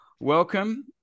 welcome